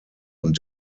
und